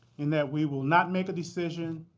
and that we will not make a decision,